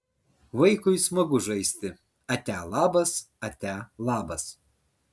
vaikui smagu žaisti atia labas atia labas